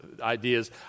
ideas